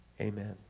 Amen